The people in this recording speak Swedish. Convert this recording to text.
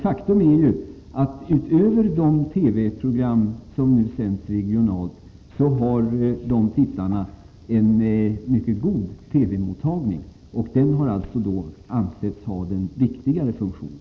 Faktum är ju att utöver de regionala programmen har dessa tittare en mycket god TV-mottagning, och denna har ansetts ha den viktigare funktionen.